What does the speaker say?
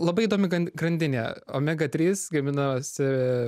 labai įdomi gan grandinė omega trys gaminasi